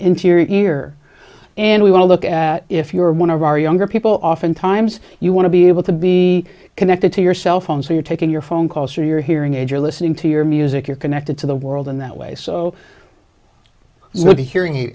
into your ear and we want to look at if you're one of our younger people oftentimes you want to be able to be connected to your cell phone so you're taking your phone calls for your hearing aid you're listening to your music you're connected to the world in that way so we'll be hearing it